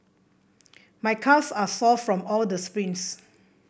my calves are sore from all the sprints